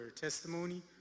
testimony